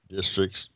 districts